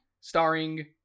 starring